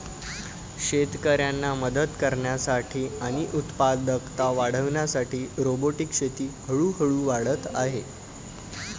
शेतकऱ्यांना मदत करण्यासाठी आणि उत्पादकता वाढविण्यासाठी रोबोटिक शेती हळूहळू वाढत आहे